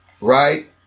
right